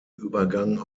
übergang